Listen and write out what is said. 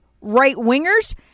right-wingers